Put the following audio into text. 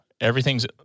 Everything's